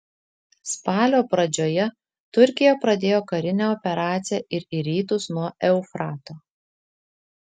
spalio pradžioje turkija pradėjo karinę operaciją ir į rytus nuo eufrato